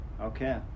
Okay